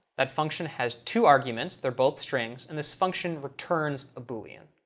that function has two arguments. they're both strings, and this function returns a boolean.